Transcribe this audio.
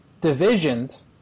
divisions